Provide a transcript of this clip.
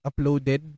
uploaded